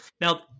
Now